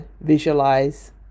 visualize